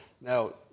Now